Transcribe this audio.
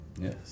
Yes